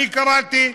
אני קראתי,